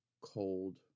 cold